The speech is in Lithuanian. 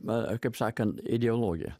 na kaip sakant ideologija